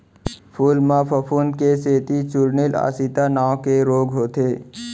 फूल म फफूंद के सेती चूर्निल आसिता नांव के रोग होथे